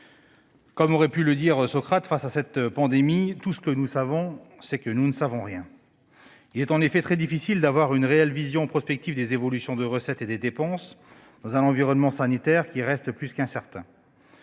Comme aurait pu le dire Socrate, face à cette pandémie, tout ce que nous savons, c'est que nous ne savons rien. Il est en effet très difficile d'avoir une réelle vision prospective des évolutions de recettes et de dépenses dans un environnement sanitaire qui reste plus qu'incertain.